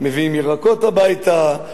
מביאים ירקות הביתה,